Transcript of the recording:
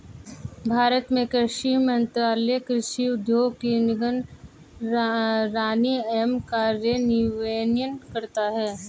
भारत में कृषि मंत्रालय कृषि उद्योगों की निगरानी एवं कार्यान्वयन करता है